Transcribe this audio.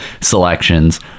selections